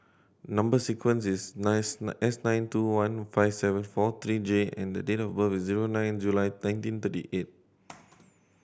number sequence is nine S nine two one five seven four three J and date of birth is zero nine July nineteen thirty eight